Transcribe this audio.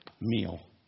meal